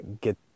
get